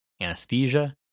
anesthesia